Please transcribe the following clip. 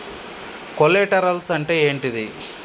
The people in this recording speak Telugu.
కొలేటరల్స్ అంటే ఏంటిది?